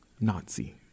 Nazi